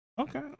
okay